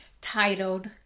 titled